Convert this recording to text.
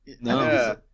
No